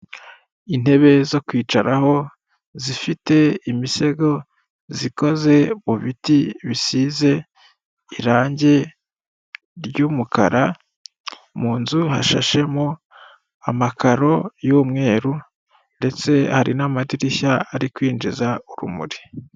Intebe zo kwicaraho zifite imisego zikoze mu biti bisize irange ry'umukara mu nzu hashashemo amakaro y'umweru ndetse hari n'amadirishya ari kwinjiza urumuri.